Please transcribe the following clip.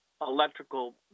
electrical